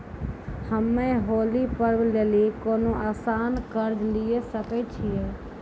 हम्मय होली पर्व लेली कोनो आसान कर्ज लिये सकय छियै?